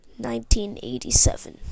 1987